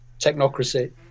technocracy